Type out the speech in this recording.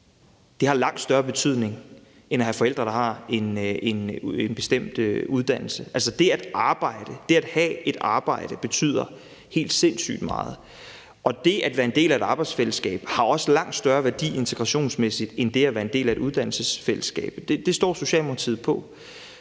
f.eks. langt større betydning end at have forældre, der har en bestemt uddannelse. Altså, det at arbejde, det at have et arbejde betyder helt sindssygt meget, og det at være en del af et arbejdsfællesskab har også langt større værdi integrationsmæssigt end det at være en del af et uddannelsesfællesskab. Det står Socialdemokratiet på.